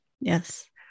Yes